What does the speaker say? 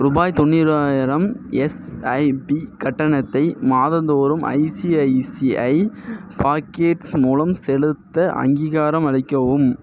ரூபாய் தொண்ணூறாயிரம் எஸ்ஐபி கட்டணத்தை மாதந்தோறும் ஐசிஐசிஐ பாக்கெட்ஸ் மூலம் செலுத்த அங்கீகாரம் அளிக்கவும்